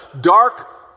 dark